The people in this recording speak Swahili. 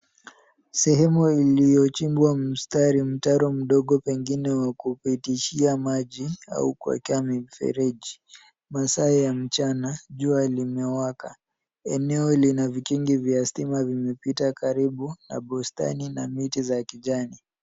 Sehemu ilichimbwa mstari mtaro mdogo, pengine wa kupitishia maji au kuwekea mifereji. Masaa ya mchana jua limewaka . Eneo lina vikingi vya stima vimepita karibu na bustani na miti za kijani.